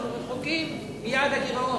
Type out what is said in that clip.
אנחנו רחוקים מיעד הגירעון.